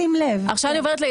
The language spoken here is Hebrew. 7% --- אבל זה תפוחים עם תפוחים?